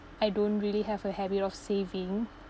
I don't really have a habit of saving